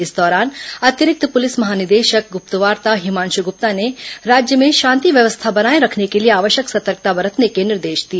इस दौरान अतिरिक्त पुलिस महानिदेशक गुप्तवार्ता हिमांशु गुप्ता ने राज्य में शांति व्यवस्था बनाए रखने के लिए आवश्यक सतर्कता बरतने के निर्देश दिए